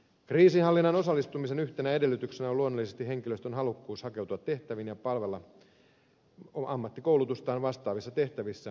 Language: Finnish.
kriisinhallintaan osallistumisen yhtenä edellytyksenä on luonnollisesti henkilöstön halukkuus hakeutua tehtäviin ja palvella ammattikoulutustaan vastaavissa tehtävissä kriisialueilla